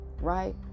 right